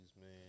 man